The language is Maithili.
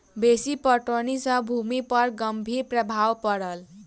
बेसी पटौनी सॅ भूमि पर गंभीर प्रभाव पड़ल